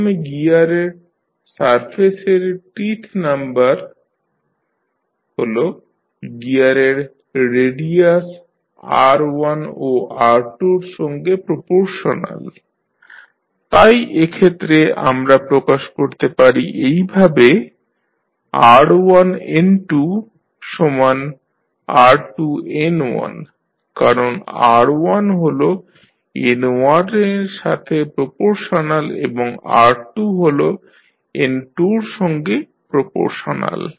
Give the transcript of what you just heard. প্রথমে গিয়ারের সারফেসের টিথ নাম্বার হল গিয়ারের রেডিয়াস r1ও r2 র সঙ্গে প্রপোরশনাল তাই এক্ষেত্রে আমরা প্রকাশ করতে পারি এইভাবে r1N2r2N1 কারণ r1 হল N1 এর সঙ্গে প্রপোরশনাল এবং r2 হল N2 এর সঙ্গে প্রপোরশনাল